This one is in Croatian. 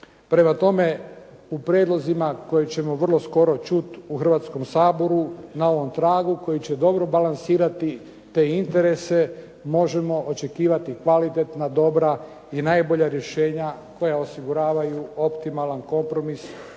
Prema tome, u prijedlozima koje ćemo vrlo skoro čuti u Hrvatskom saboru na ovom tragu koji će dobro balansirati te interese, možemo očekivati kvalitetna, dobra i najbolja rješenja koja osiguravaju optimalan kompromis ovih